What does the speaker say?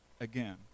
again